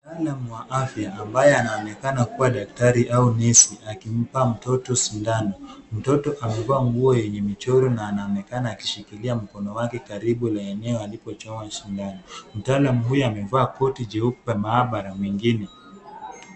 Mtaalam wa afya ambaye anaonekana kuwa daktari au nesi akimpa mtoto sindano. Mtoto amevaa nguo yenye michoro na anaonekana akishikilia mkono wake karibu na eneo alikochomoa sindano. Mtaalam huyo amevaa koti jeupe ya maabara mengine.